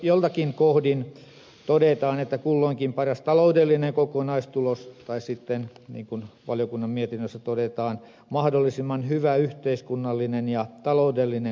joltakin kohdin todetaan että tulisi saavuttaa kulloinkin paras taloudellinen kokonaistulos tai sitten niin kuin valiokunnan mietinnössä todetaan mahdollisimman hyvä yhteiskunnallinen ja taloudellinen kokonaistulos